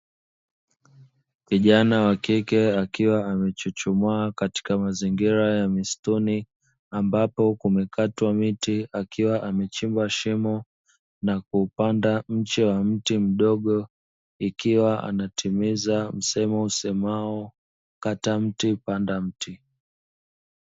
Kijana wa kike akiwa amechuchumaa katika mazingira ya msituni, ambapo kumekatwa miti akiwa aemchimba shimo nakupanda mche wa mti mdogo. Ikiwa anatimiza msemo usemao "kata mti panda mti".